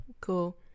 cool